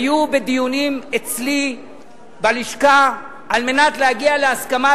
היו בדיונים אצלי בלשכה על מנת להגיע להסכמה,